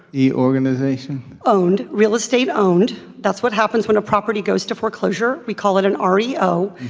e organization owned real estate owned. that's what happens when a property goes to foreclosure. we call it an ah reo.